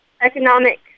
economic